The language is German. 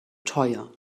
teuer